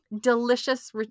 delicious